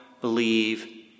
believe